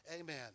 Amen